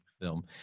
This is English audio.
film